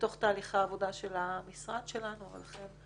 בתוך תהליכי העבודה של המשרד שלנו ולכן,